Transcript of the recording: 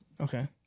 Okay